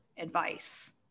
advice